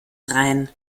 rein